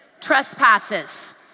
trespasses